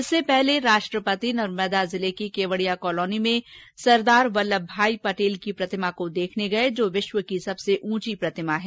इससे पहले राष्ट्रपति नर्मदा जिले की केवडिया कॉलोनी में सरदार बल्लभ भाई पटेल की प्रतिमा को देखने गए जो विश्व की सबसे ऊंची प्रतिमा है